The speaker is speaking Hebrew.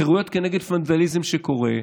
חירויות כנגד ונדליזם שקורה.